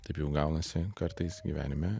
taip jau gaunasi kartais gyvenime